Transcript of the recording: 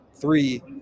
three